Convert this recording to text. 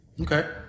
Okay